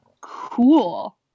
Cool